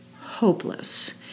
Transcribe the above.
hopeless